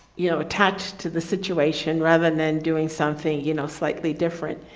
you know, attached to the situation rather than doing something you know, slightly different.